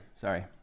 Sorry